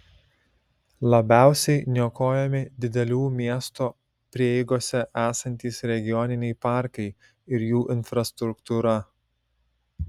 labiausiai niokojami didelių miesto prieigose esantys regioniniai parkai ir jų infrastruktūra